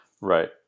Right